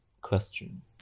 question